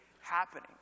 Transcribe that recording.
happening